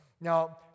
Now